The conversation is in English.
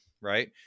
Right